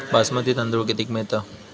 बासमती तांदूळ कितीक मिळता?